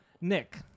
nick